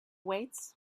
weights